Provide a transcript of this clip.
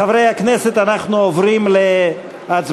חברי הכנסת, אנחנו עוברים להצבעה,